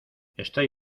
estoy